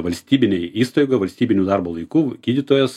valstybinėj įstaigoj valstybiniu darbo laiku gydytojas